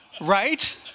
right